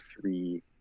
three